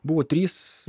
buvo trys